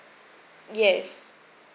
yes